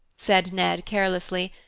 said ned carelessly,